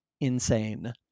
Insane